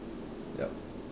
yup